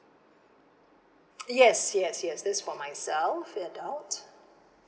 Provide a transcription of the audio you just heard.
yes yes yes that's for myself out